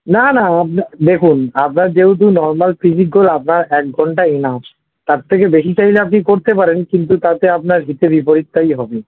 না না আপনার দেখুন আপনার যেহতু নরমাল ফিজিক গোল আপনার এক ঘন্টা এনাফ তার থেকে বেশি চাইলে আপনি করতে পারেন কিন্তু তাতে আপনার হিতে বিপরীতটাই হবে